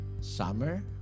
Summer